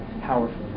powerful